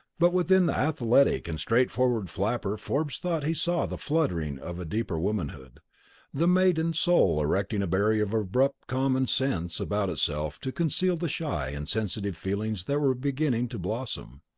but within the athletic and straightforward flapper forbes thought he saw the fluttering of deeper womanhood the maiden soul erecting a barrier of abrupt common sense about itself to conceal the shy and sensitive feelings that were beginning to blossom.